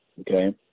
Okay